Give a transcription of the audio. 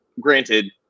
granted